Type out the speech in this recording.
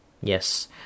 Yes